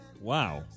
Wow